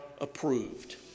approved